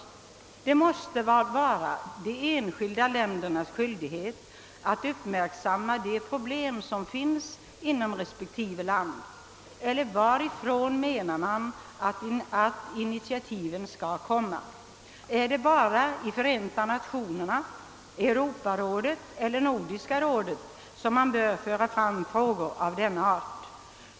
Det måste vara de enskilda ländernas skyldighet att uppmärksamma de problem som finns inom respektive land. Eller varifrån menar man annars att initiativen skall komma? Är det bara i Förenta Nationerna, Europarådet eller Nordiska rådet som man bör föra fram frågor av denna art?